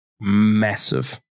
massive